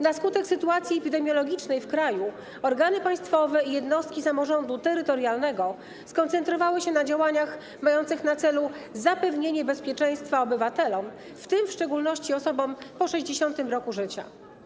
Na skutek sytuacji epidemiologicznej w kraju organy państwowe i jednostki samorządu terytorialnego skoncentrowały się na działaniach mających na celu zapewnienie bezpieczeństwa obywatelom, w tym w szczególności osobom po 60. roku życia.